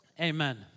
Amen